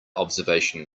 observation